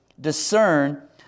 discern